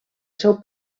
seu